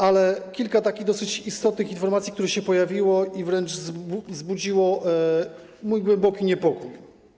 Ale kilka takich dosyć istotnych informacji, które pojawiły się i wręcz wzbudziły mój głęboki niepokój.